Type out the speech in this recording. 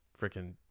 freaking